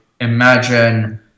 imagine